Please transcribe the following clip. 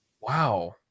Wow